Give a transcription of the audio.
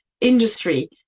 industry